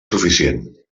suficient